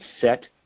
set